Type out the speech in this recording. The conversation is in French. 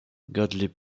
gottlieb